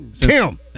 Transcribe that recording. Tim